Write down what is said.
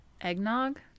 Eggnog